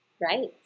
Right